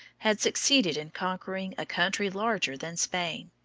had succeeded in conquering a country larger than spain.